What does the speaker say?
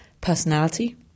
personality